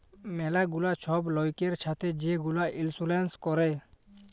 ম্যালা গুলা ছব লয়কের ছাথে যে গুলা ইলসুরেল্স ক্যরে